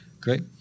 Great